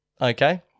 okay